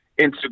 Instagram